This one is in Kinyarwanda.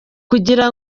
kugira